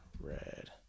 red